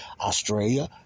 Australia